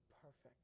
perfect